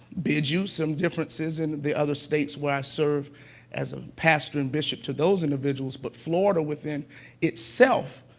bid you some differences in the other states where i serve as a pastor and bishop to those individuals. but florida, within itself,